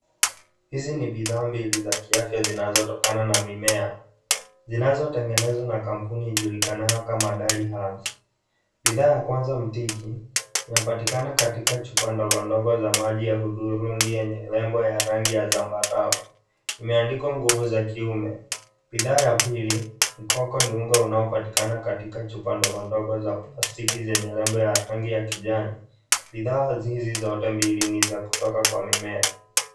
Hizi ni bidhaa mbili za kiafya zinazotokana na mimea zinayotengenezwa na kampuni ijulikanayo kama Dally Herbs. Bidhaa ya kwanza, mtiki, inapatikana katika chupa ndogondogo za maji ya hudhurungu zenye nembo za rangi ya zambarau. Imeandikwa nguvu ya kiume. Bidhaa ya pile, mkoko, unaopatikana katika chupa ndogondogo za plastiki zenye nembo ya rangi ya kijani. Bidhaa hizi zote mbili ni za kutoka kwa mimea.